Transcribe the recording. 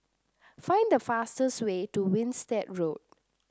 find the fastest way to Winstedt Road